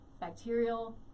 bacterial